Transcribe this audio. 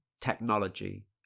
technology